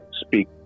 speak